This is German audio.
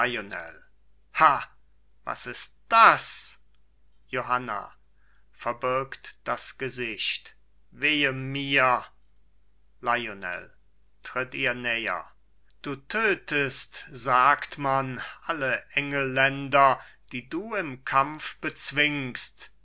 was ist das johanna verbirgt das gesicht weh mir lionel tritt ihr näher du tötest sagt man alle engelländer die du im kampf bezwingst